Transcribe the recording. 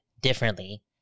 differently